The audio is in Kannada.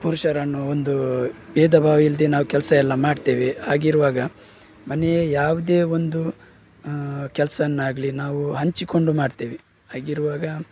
ಪುರುಷರನ್ನು ಒಂದೂ ಭೇದಭಾವ ಇಲ್ಲದೆ ನಾವು ಕೆಲಸ ಎಲ್ಲ ಮಾಡ್ತೇವೆ ಹಾಗಿರುವಾಗ ಮನೆಯ ಯಾವುದೇ ಒಂದು ಕೆಲಸನ್ನಾಗ್ಲಿ ನಾವು ಹಂಚಿಕೊಂಡು ಮಾಡ್ತೇವೆ ಹಾಗಿರುವಾಗ